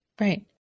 Right